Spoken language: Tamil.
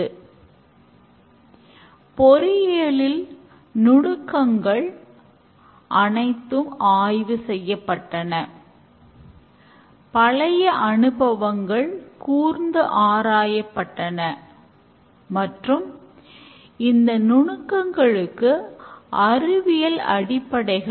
அது வெற்றிகரமாக நடந்தவுடன் புரோடக்ட் இன்கிரிமென்ட் ஆனது பயனாளிகளின் இடத்தில் செயல்படுத்தப்படும்